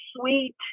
sweet